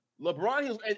LeBron